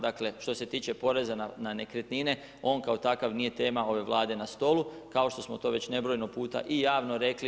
Dakle, što se tiče poreza na nekretnine, on kao takav nije tema ove Vlade na stolu, kao što smo to već nebrojeno puta i javno rekli.